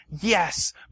Yes